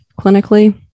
clinically